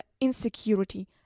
insecurity